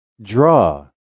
Draw